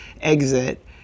exit